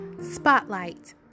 Spotlight